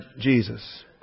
Jesus